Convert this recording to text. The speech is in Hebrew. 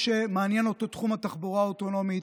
שמעניין אותו תחום התחבורה האוטונומית: